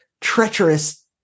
treacherous